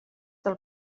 del